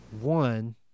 one